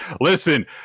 Listen